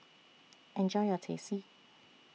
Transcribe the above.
Enjoy your Teh C